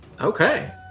Okay